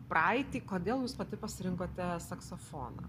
praeitį kodėl jūs pati pasirinkote saksofoną